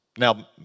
Now